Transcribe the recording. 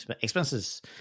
expenses